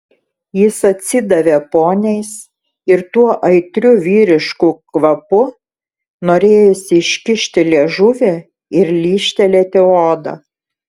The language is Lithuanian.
jis atsidavė poniais ir tuo aitriu vyrišku kvapu norėjosi iškišti liežuvį ir lyžtelėti odą